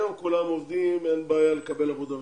היום כולם עובדים, אין בעיה לקבל עבודה.